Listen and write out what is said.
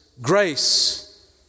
grace